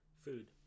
Food